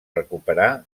recuperar